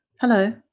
Hello